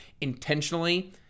intentionally